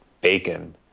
bacon